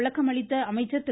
விளக்கம் அளித்த அமைச்சர் திரு